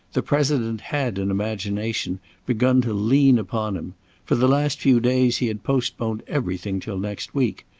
the president had in imagination begun to lean upon him for the last few days he had postponed everything till next week,